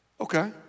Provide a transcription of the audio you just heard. Okay